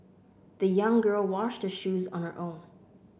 the young girl washed her shoes on her own